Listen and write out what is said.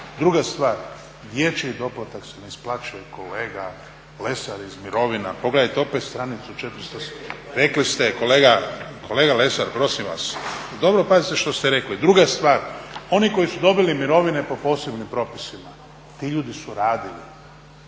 Druga stvar dječji doplatak se ne isplaćuje kolega Lesar iz mirovina. Pogledajte opet stranicu …/Govornik se ne razumije./… Rekli ste, kolega Lesar prosim vas dobro pazite što ste rekli. Druga stvar, oni koji su dobili mirovine po posebnim propisima ti ljudi su radili.